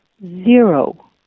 zero